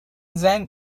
زنگ